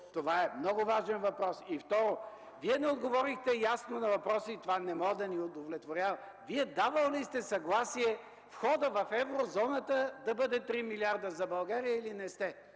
Това е много важен въпрос. И, второ. Вие не отговорихте ясно на въпроса и това не може да ни удовлетворява: Вие давал ли сте съгласие входът в Еврозоната да бъде три милиарда за България, или не сте?